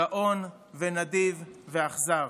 גאון ונדיב ואכזר.